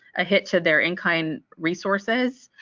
a hit to their in-kind resources